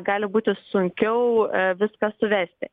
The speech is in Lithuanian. gali būti sunkiau viską suvesti